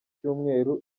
cyumweru